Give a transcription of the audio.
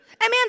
Amen